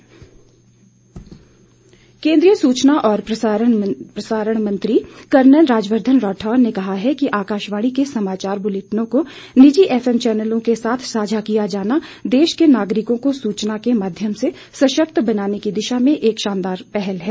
FM channel केंद्रीय सूचना और प्रसारण मंत्री कर्नल राज्यवर्धन राठौड़ ने कहा है कि आकाशवाणी के समाचार बुलेटिनों को निजी एफएम चैनलों के साथ साझा किया जाना देश के नागरिकों को सूचना के माध्यम से सशक्त बनने की दिशा में एक शानदार पहल है